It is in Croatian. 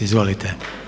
Izvolite.